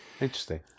interesting